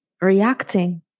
reacting